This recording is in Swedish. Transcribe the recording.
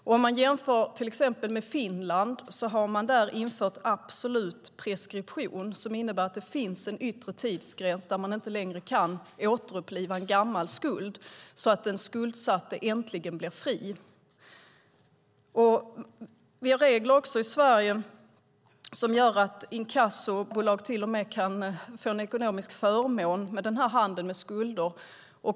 Om vi jämför med till exempel Finland har man där infört absolut preskription, vilket innebär att det finns en yttre tidsgräns som innebär att man inte längre kan återuppliva en gammal skuld. På så sätt kan den skuldsatte äntligen bli fri. Vi har även regler i Sverige som gör att inkassobolag till och med kan få en ekonomisk förmån vid handel med skulder.